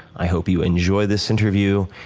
i hope you enjoy this interview.